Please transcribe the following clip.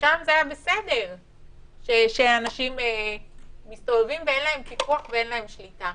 כאשר שם היה בסדר שאנשים מסתובבים ואין עליהם פיקוח ואין עליהם שליטה.